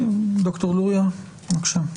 דוקטור לוריא, בבקשה.